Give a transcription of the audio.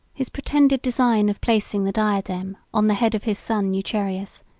his pretended design of placing the diadem on the head of his son eucherius,